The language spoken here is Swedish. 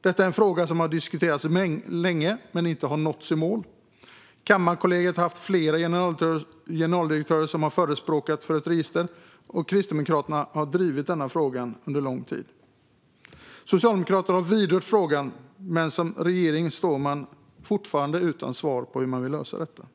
Detta är en fråga som har diskuterats länge men inte har nått i mål. Kammarkollegiet har haft flera generaldirektörer som har förespråkat ett register, och Kristdemokraterna har drivit frågan under lång tid. Även socialdemokrater har vidrört frågan, men som regering står man fortfarande utan svar på hur man vill lösa detta.